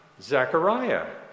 Zechariah